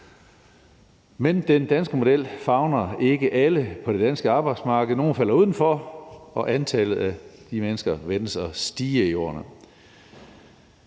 Men den danske model favner ikke alle på det danske arbejdsmarked. Nogle falder uden for, og antallet af de mennesker ventes at stige i de